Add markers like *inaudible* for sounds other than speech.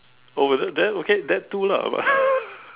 oh is it that okay that too lah but *laughs*